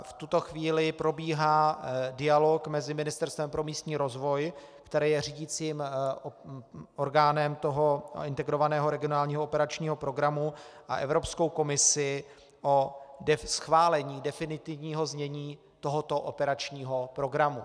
V tuto chvíli probíhá dialog mezi Ministerstvem pro místní rozvoj, které je řídicím orgánem Integrovaného regionálního operačního programu, a Evropskou komisí o schválení definitivního znění tohoto operačního programu.